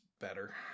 better